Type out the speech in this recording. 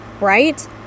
right